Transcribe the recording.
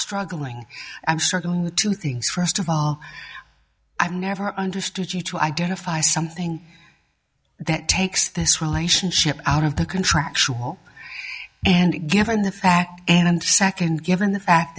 struggling i'm struggling to think first of all i've never understood you to identify something that takes this relationship out of the contractual and given the fact and second given the fact